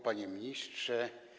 Panie Ministrze!